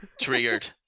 triggered